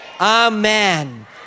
Amen